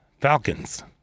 falcons